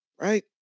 right